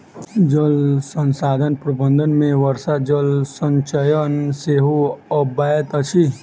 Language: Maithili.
जल संसाधन प्रबंधन मे वर्षा जल संचयन सेहो अबैत अछि